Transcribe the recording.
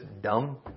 dumb